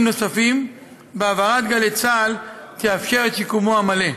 נוספים והעברת גלי צה"ל תאפשר את שיקומו המלא.